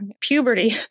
puberty